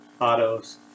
autos